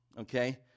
okay